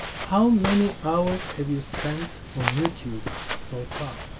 how many hours have you spent on youtube so far?